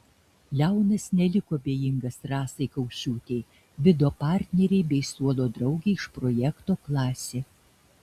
leonas neliko abejingas rasai kaušiūtei vido partnerei bei suolo draugei iš projekto klasė